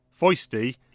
foisty